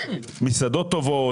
מסעדות טובות,